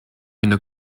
une